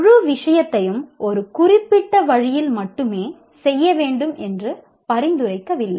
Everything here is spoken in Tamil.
முழு விஷயத்தையும் ஒரு குறிப்பிட்ட வழியில் மட்டுமே செய்ய வேண்டும் என்று பரிந்துரைக்கவில்லை